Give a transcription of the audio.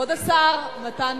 כבוד השר מתן